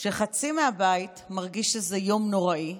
שחצי מהבית מרגיש שזה יום נוראי?